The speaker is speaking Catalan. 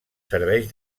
serveix